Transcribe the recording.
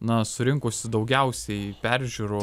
na surinkusi daugiausiai peržiūrų